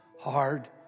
hard